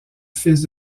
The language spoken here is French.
fils